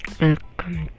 welcome